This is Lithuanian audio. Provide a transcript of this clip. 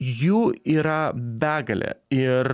jų yra begalė ir